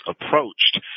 approached